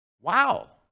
Wow